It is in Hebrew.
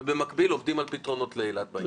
ובמקביל עובדים על פתרונות לאילת בעניין הזה.